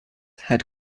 had